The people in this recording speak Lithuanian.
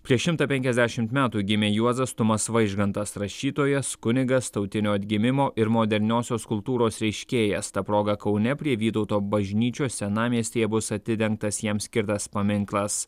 prieš šimtą penkiasdešimt metų gimė juozas tumas vaižgantas rašytojas kunigas tautinio atgimimo ir moderniosios kultūros reiškėjas ta proga kaune prie vytauto bažnyčios senamiestyje bus atidengtas jam skirtas paminklas